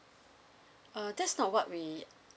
uh that's not what we